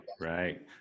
right